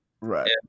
Right